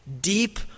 deep